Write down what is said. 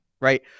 Right